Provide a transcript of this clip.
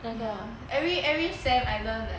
every every sem I learn like